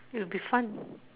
it'll be fun